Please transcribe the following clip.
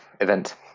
Event